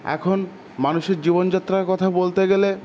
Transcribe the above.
এখন মানুষের জীবনযাত্রার কথা বলতে গেলে